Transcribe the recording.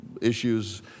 issues